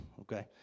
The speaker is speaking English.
Okay